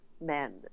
men